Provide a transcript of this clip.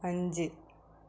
അഞ്ച്